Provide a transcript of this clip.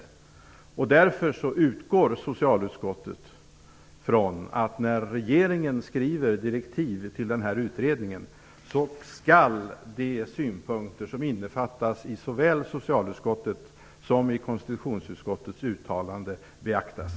Socialutskottet utgår därför ifrån att när regeringen skriver direktiv till utredningen skall de synpunkter som innefattas i såväl socialutskottets som konstitutionsutskottets uttalande beaktas.